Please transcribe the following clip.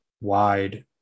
wide